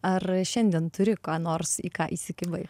ar šiandien turi ką nors į ką įsikibai